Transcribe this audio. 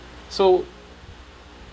so